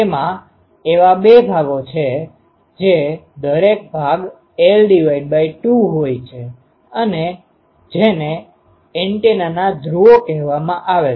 તેમાં એવા બે ભાગો છે જે દરેક ભાગ l2 હોય છે જેને એન્ટેનાના ધ્રુવો કહેવામાં આવે છે